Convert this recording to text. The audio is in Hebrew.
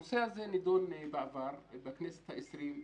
הנושא הזה נדון בעבר בכנסת ה-20,